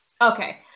Okay